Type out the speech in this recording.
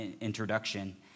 introduction